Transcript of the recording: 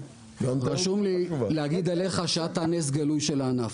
רשום לי להגיד עליך שאתה נס גלוי של הענף.